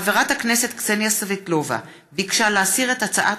חברת הכנסת קסניה סבטלובה ביקשה להסיר את הצעת